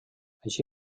així